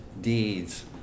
deeds